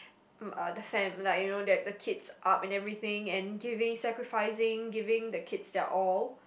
um uh the fam like you know that the kids up and everything and giving sacrificing giving the kids their all